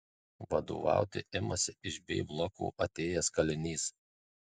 vadovauti imasi iš b bloko atėjęs kalinys